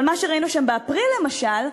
אבל מה שראינו שם באפריל, למשל,